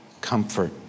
comfort